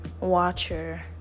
watcher